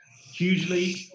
hugely